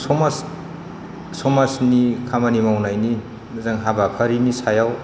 समाजनि खामानि मावनायनि मोजां हाबाफारिनि सायाव